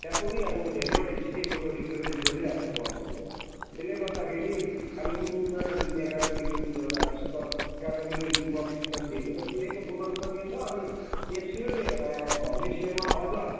त्यहाँ पनि अब धेरैवटा स्टेटबाट रिप्रेजेन्ट गरिरहेको छ क्लबहरूबाट त्यसले गर्दाखेरि कालिम्पोङमा जुन एकाडमीको जुन एउटा स्तर एकाडमीले जुन प्रशिक्षण दिएको छ त्यो एकदम गुणस्तरीय छ अनि यसले भविष्यमा अझ